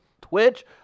twitch